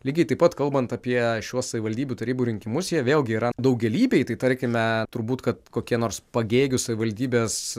lygiai taip pat kalbant apie šiuos savivaldybių tarybų rinkimus jie vėlgi yra daugialypiai tai tarkime turbūt kad kokie nors pagėgių savivaldybės